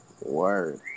Word